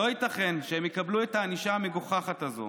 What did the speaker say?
לא ייתכן שהם יקבלו את הענישה המגוחכת הזו.